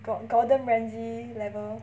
got gordon ramsay level